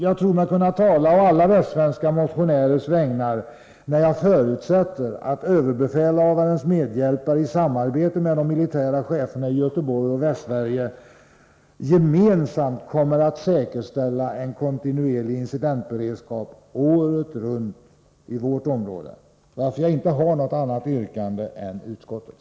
Jag tror mig kunna tala å alla västsvenska motionärers vägnar när jag förutsätter att överbefälhavarens medhjälpare i samarbete med de militära cheferna i Göteborg och Västsverige gemensamt kommer att säkerställa en kontinuerlig incidentberedskap året runt i vårt område. Därför har jag inte något annat yrkande än utskottet.